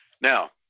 Now